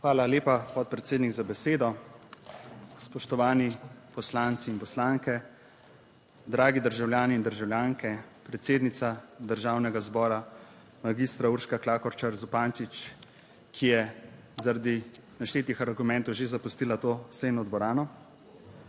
Hvala lepa, podpredsednik, za besedo. Spoštovani poslanci in poslanke, dragi državljani in državljanke. Predsednica Državnega zbora, magistra Urška Klakočar Zupančič, ki je zaradi naštetih argumentov že zapustila to sejno dvorano,